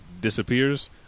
disappears